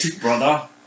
Brother